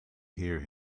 hear